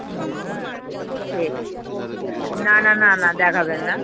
হুম হুম ঠিক আছে না না না না দেখাবেন না